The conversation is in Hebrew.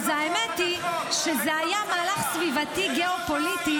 אנשי האופוזיציה שיושבים פה גם עכשיו,